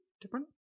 different